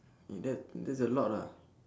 eh that that's a lot ah